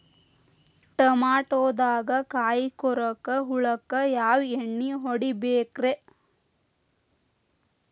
ಟಮಾಟೊದಾಗ ಕಾಯಿಕೊರಕ ಹುಳಕ್ಕ ಯಾವ ಎಣ್ಣಿ ಹೊಡಿಬೇಕ್ರೇ?